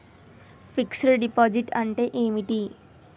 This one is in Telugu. ఫిక్స్ డ్ డిపాజిట్ అంటే ఏమిటి?